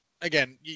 Again